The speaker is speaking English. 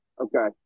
okay